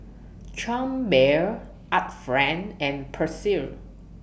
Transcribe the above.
Chang Beer Art Friend and Persil